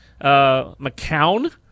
McCown